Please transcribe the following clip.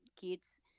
kids